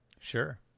Sure